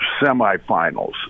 semifinals